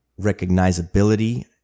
recognizability